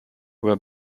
were